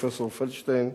פרופסור פלדשטיין,